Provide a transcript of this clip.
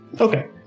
Okay